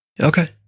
okay